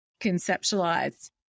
conceptualize